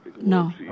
No